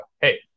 hey